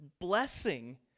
blessing